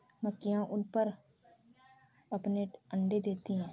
मक्खियाँ ऊन पर अपने अंडे देती हैं